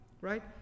right